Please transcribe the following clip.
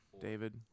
David